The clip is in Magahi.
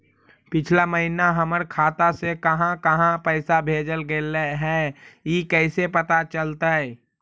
पिछला महिना हमर खाता से काहां काहां पैसा भेजल गेले हे इ कैसे पता चलतै?